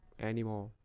anymore